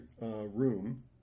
room